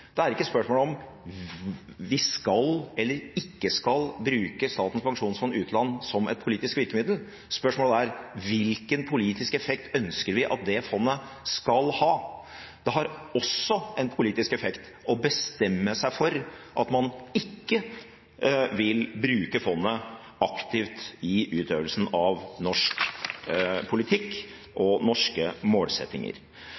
Det er ikke spørsmål om vi skal eller ikke skal bruke Statens pensjonsfond utland som et politisk virkemiddel. Spørsmålet er: Hvilken politisk effekt ønsker vi at det fondet skal ha? Det har også en politisk effekt å bestemme seg for at man ikke vil bruke fondet aktivt i utøvelsen av norsk politikk og norske målsettinger.